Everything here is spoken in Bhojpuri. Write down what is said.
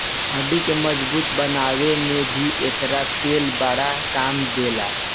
हड्डी के मजबूत बनावे में भी एकर तेल बड़ा काम देला